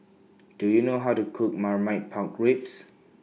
Do YOU know How to Cook Marmite Pork Ribs